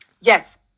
Yes